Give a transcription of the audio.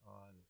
on